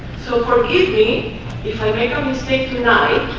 so forgive me if i make a mistake tonight.